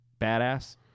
badass